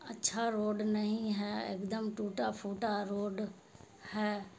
اچھا روڈ نہیں ہے ایک دم ٹوٹا پھوٹا روڈ ہے